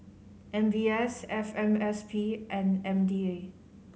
M B S F M S P and M D A